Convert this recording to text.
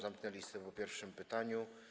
Zamknę listę po pierwszym pytaniu.